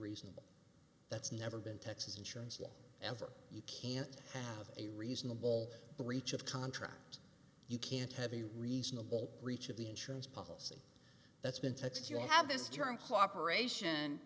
reasonable that's never been texas insurance law ever you can't have a reasonable breach of contract you can't have a reasonable reach of the insurance policy that's been text you have this term cooperation